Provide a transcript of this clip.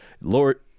Lord